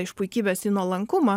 iš puikybės į nuolankumą